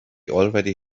already